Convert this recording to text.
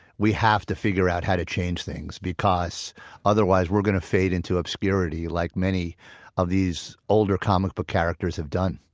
we have to figure out how to change things, because otherwise we're going to fade into obscurity like many of these older comic book characters have done.